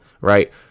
right